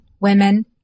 women